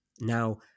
now